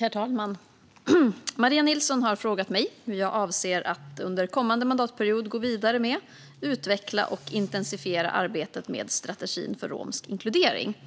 Herr talman! har frågat mig hur jag avser att under kommande mandatperiod gå vidare med, utveckla och intensifiera arbetet med strategin för romsk inkludering.